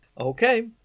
Okay